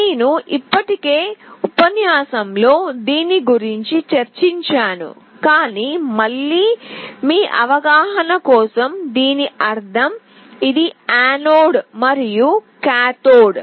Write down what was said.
నేను ఇప్పటికే ఉపన్యాసంలో దీని గురించి చర్చించాను కానీ మళ్ళీ మీ అవగాహన కోసం దీని అర్థం ఇది యానోడ్ మరియు ఇది కాథోడ్